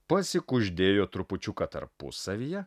pasikuždėjo trupučiuką tarpusavyje